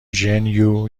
gen